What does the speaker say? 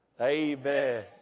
Amen